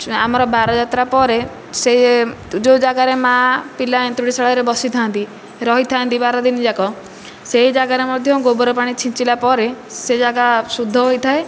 ଆମର ବାର ଯାତ୍ରା ପରେ ସେ ଯେଉଁ ଯାଗାରେ ମା ପିଲା ଏନ୍ତୁଡ଼ି ଶାଳରେ ବସିଥାନ୍ତି ରହିଥାନ୍ତି ବାରଦିନ ଯାକ ସେହି ଯାଗାରେ ମଧ୍ୟ ଗୋବର ପାଣି ଛିଞ୍ଚିଲା ପରେ ସେ ଯାଗା ଶୁଦ୍ଧ ହୋଇଥାଏ